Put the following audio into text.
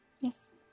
Yes